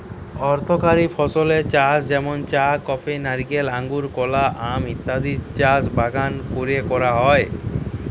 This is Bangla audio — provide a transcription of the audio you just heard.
অর্থকরী ফসলের চাষ যেমন চা, কফি, নারকেল, আঙুর, কলা, আম ইত্যাদির চাষ বাগান কোরে করা হয়